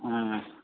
ହଁ